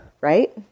right